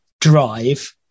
drive